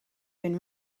been